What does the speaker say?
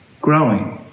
growing